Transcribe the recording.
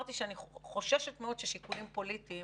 אמרתי שאני חוששת מאוד ששיקולים פוליטיים